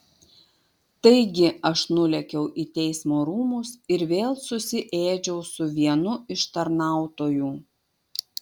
taigi aš nulėkiau į teismo rūmus ir vėl susiėdžiau su vienu iš tarnautojų